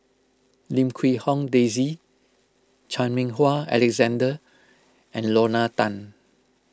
Lim Quee Hong Daisy Chan Meng Wah Alexander and Lorna Tan